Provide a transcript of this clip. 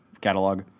catalog